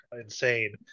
insane